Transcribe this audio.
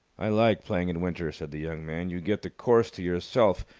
i like playing in winter, said the young man. you get the course to yourself,